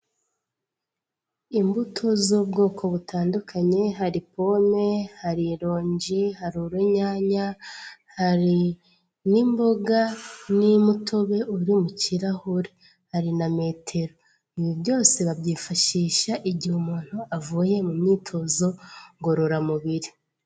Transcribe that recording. Imbuto z'ubwoko butandukanye hari pome, hari ironji, hari urunyanya, hari n'imboga n'umutobe uri mu kirahure. Hari na metero ibi byose babyifashisha igihe umuntu avuye mu myitozo ngororamubiri.